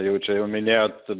jau čia jau minėjot